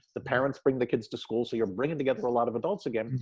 the parents bring the kids to school. so you're bringing together a lot of adults again.